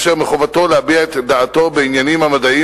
אשר מחובתו להביע את דעתו בעניינים המדעיים